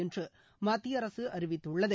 என்று மத்திய அரசு அறிவித்துள்ளது